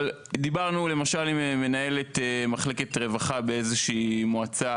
אבל דיברנו למשל עם מנהלת מחלקת רווחה באיזושהי מועצה,